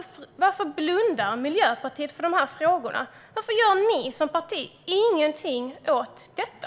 Varför blundar Miljöpartiet för frågorna? Varför gör ni som parti ingenting åt detta?